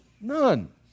None